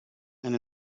and